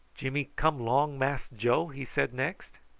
jimmy come long mass joe? he said next.